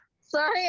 Sorry